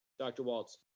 dr. walts.